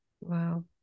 Wow